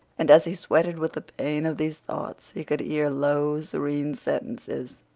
and as he sweated with the pain of these thoughts, he could hear low, serene sentences.